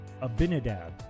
Abinadab